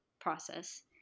process